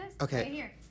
Okay